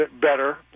better